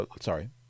sorry